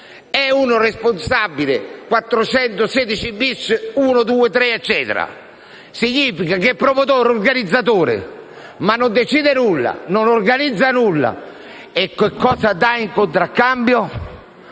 è un responsabile 416-*bis*, 1, 2, 3 e quant'altro. Significa che è promotore e organizzatore ma non decide nulla e non organizza nulla e cosa dà, in contraccambio,